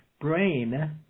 brain